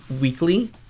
weekly